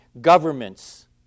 Governments